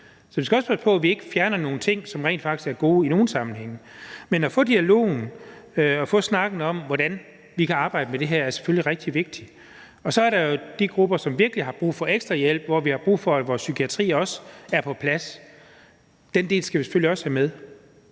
Så vi skal også passe på, at vi ikke fjerner nogle ting, som rent faktisk er gode i nogle sammenhænge. Men at få dialogen og snakken om, hvordan vi kan arbejde med det her, er selvfølgelig rigtig vigtigt. Så er der de grupper, der virkelig har brug for ekstra hjælp, hvor vi har brug for, at psykiatrien også er på plads, og den del skal vi selvfølgelig også have med,